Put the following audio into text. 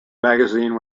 magazine